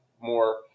more